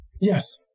Yes